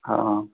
ହଁ